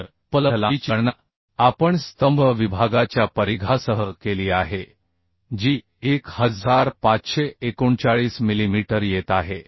तर उपलब्ध लांबीची गणना आपण स्तंभ विभागाच्या परिघासह केली आहे जी 1539 मिलीमीटर येत आहे